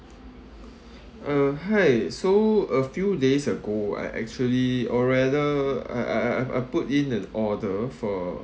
uh hi so a few days ago I actually or rather I I I I put in an order for